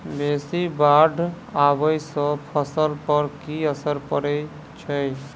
बेसी बाढ़ आबै सँ फसल पर की असर परै छै?